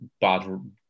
bad